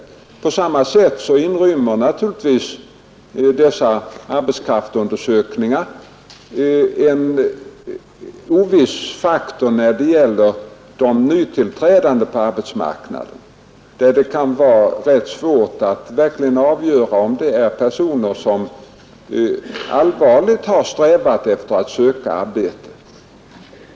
Även arbetskraftsundersökningarna inrymmer naturligtvis felkällor, exempelvis en oviss faktor i fråga om de nytillträdande på arbetsmarknaden. Där kan det vara svårt att avgöra om det gäller personer som allvarligt har strävat efter att erhålla arbete.